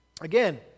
Again